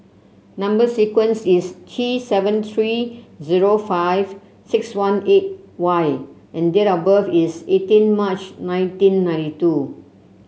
number sequence is T seven three zero five six one eight Y and date of birth is eighteen March nineteen ninety two